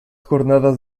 jornadas